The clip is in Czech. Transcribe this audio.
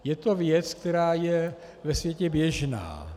Je to věc, která je ve světě běžná.